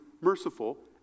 merciful